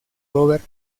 robert